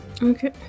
Okay